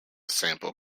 sample